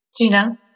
gina